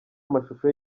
amashusho